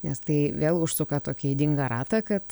nes tai vėl užsuka tokį ydingą ratą kad